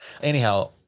anyhow